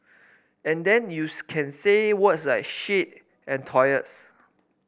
and then you can say words like shit and toilets